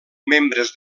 membres